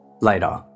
Later